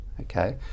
okay